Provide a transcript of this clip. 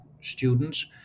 students